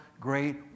great